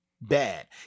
bad